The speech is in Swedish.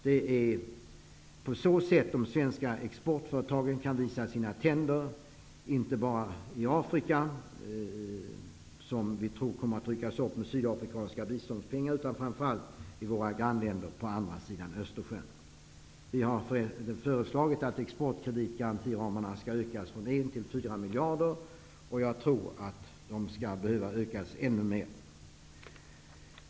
Det är på så sätt som de svenska exportföretagen kan visa tänderna, inte bara i Afrika, som vi tror kommer att lyftas upp med hjälp av sydafrikanska biståndspengar, utan framför allt i våra grannländer på andra sidan Östersjön. Vi har föreslagit att exportkreditgarantiramarna skall ökas från 1 till 4 miljarder, och jag tror att de behöver ökas ännu mer.